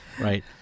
Right